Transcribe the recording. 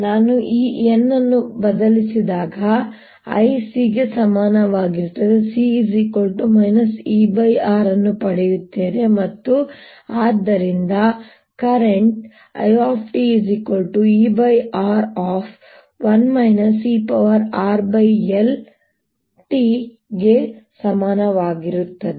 ನಾನು ಈ n ಅನ್ನು ಬದಲಿಸಿದಾಗ I C ಗೆ ಸಮನಾಗಿರುತ್ತದೆ C R ಅನ್ನು ಪಡೆಯುತ್ತೇನೆ ಮತ್ತು ಆದ್ದರಿಂದ ಕರೆಂಟ್ ItR ಗೆ ಸಮಾನವಾಗಿರುತ್ತದೆ